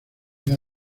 vea